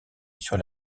sur